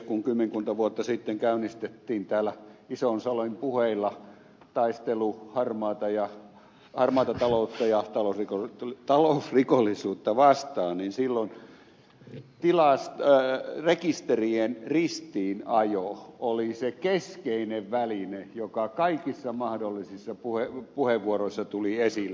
kun kymmenkunta vuotta sitten käynnistettiin täällä ison salin puheilla taistelu harmaata taloutta ja talousrikollisuutta vastaan niin silloin rekisterien ristiinajo oli se keskeinen väline joka kaikissa mahdollisissa puheenvuoroissa tuli esille